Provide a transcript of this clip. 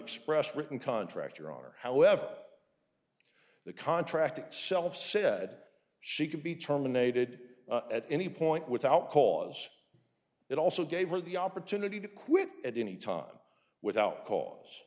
unexpressed written contract or order however the contract itself said she could be terminated at any point without cause it also gave her the opportunity to quit at any time without cause